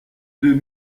deux